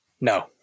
No